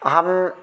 अहं